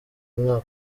umwaka